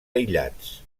aïllats